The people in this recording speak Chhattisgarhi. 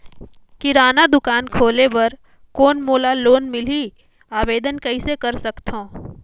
किराना दुकान खोले बर कौन मोला लोन मिलही? आवेदन कइसे कर सकथव?